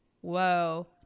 whoa